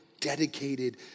dedicated